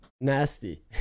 nasty